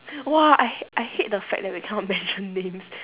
!wah! I hate I hate the fact that we cannot mention names